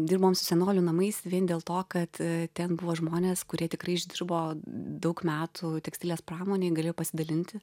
dirbam su senolių namais vien dėl to kad ten buvo žmonės kurie tikrai išdirbo daug metų tekstilės pramonėj galėjo pasidalinti